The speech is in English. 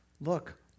Look